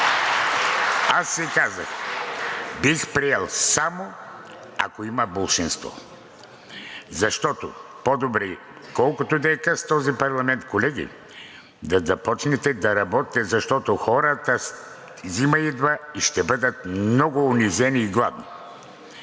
Аз им казах: бих приел само ако има болшинство, защото по-добре, колкото да е къс този парламент, колеги, да започнете да работите, защото хората – зима идва, и ще бъдат много унизени и гладни.